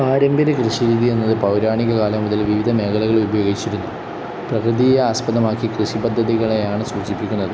പാരമ്പര്യ കൃഷിരീതി എന്നത് പൗരാണിക കാലം മുതൽ വിവിധ മേഖലകൾ ഉപയോഗിച്ചിരുന്നു പ്രകൃതിയ ആസ്പദമാക്കി കൃഷി പദ്ധതികളെയാണ് സൂചിപ്പിക്കുന്നത്